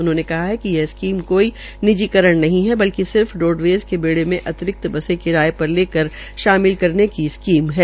उन्होंने कहा कि यह स्कीम कोई निजीकरण नहीं है बल्कि सिर्फ रोडवेज़ के बेड़े में अतिरिक्त बसें किराये पर लेकर शामिल करने की स्कीम है